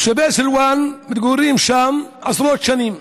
תושבי סילוואן מתגוררים שם עשרות שנים.